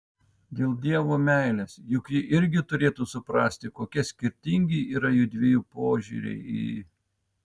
dėl dievo meilės juk ji irgi turėtų suprasti kokie skirtingi yra jųdviejų požiūriai į